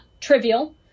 trivial